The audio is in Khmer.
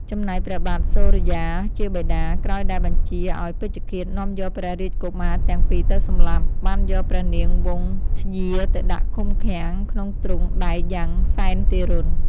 ចំណែកព្រះបាទសុរិយាជាបិតា ក្រោយដែលបានបញ្ជាឲ្យពេជ្ឈឃាដនាំយកព្រះរាជកុមារទាំងពីរទៅសម្លាប់ បានយកព្រះនាងវង្សធ្យាទៅដាក់ឃុំឃាំងក្នុងទ្រូងដែកយ៉ាងសែនទារុណ។